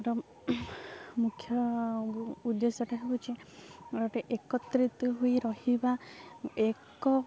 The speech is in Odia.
ର ମୁଖ୍ୟ ଉଦ୍ଦେଶ୍ୟଟା ହେଉଛି ଗୋଟେ ଏକତ୍ରିତ ହୋଇ ରହିବା ଏକ